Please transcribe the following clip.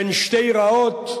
בין שתי רעות,